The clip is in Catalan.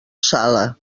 sala